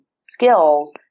skills